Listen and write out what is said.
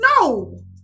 No